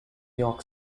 york